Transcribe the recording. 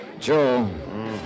Joe